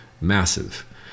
Massive